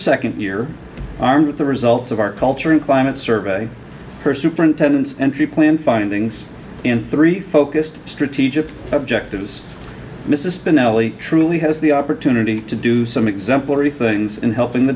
second year armed with the results of our culture and climate survey her superintendent's entry plan findings in three focused strategic objectives mrs spinelli truly has the opportunity to do some exemplary things in helping the